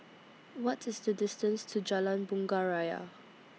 What IS The distance to Jalan Bunga Raya